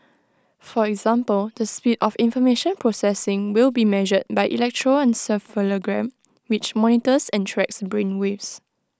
for example the speed of information processing will be measured by electroencephalogram which monitors and tracks brain waves